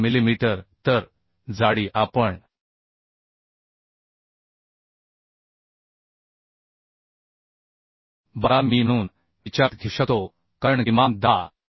05 millimetre तर जाडी आपण 12 मिमी म्हणून विचारात घेऊ शकतो कारण किमान 10